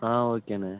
ஆ ஓகேண்ண